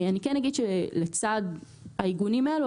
אני כן אגיד שלצד העיגונים האלה,